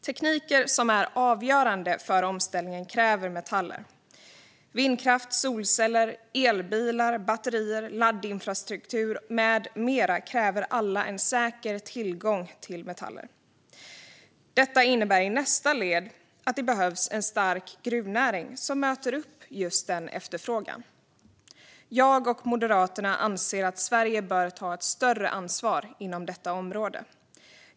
Tekniker som är avgörande för omställningen kräver metaller. Vindkraft, solceller, elbilar, batterier, laddinfrastruktur med mera kräver alla säker tillgång till metaller. Detta innebär i nästa led att det behövs en stark gruvnäring som möter denna efterfrågan. Jag och Moderaterna anser att Sverige bör ta ett större ansvar inom detta område.